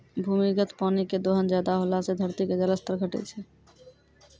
भूमिगत पानी के दोहन ज्यादा होला से धरती के जल स्तर घटै छै